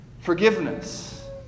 forgiveness